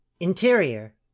Interior